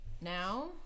Now